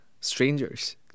strangers